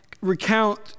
recount